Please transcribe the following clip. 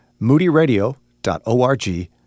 moodyradio.org